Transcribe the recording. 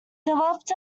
developed